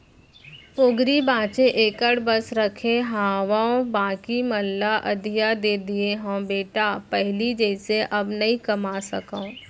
पोगरी पॉंचे एकड़ बस रखे हावव बाकी मन ल अधिया दे दिये हँव बेटा पहिली जइसे अब नइ कमा सकव